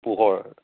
পোহৰ